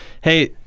Hey